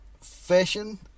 fashion